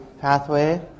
pathway